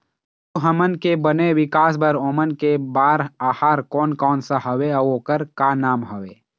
पशु हमन के बने विकास बार ओमन के बार आहार कोन कौन सा हवे अऊ ओकर का नाम हवे?